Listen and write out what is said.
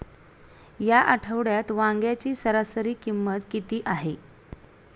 या आठवड्यात वांग्याची सरासरी किंमत किती आहे?